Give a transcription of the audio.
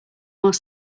more